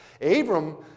Abram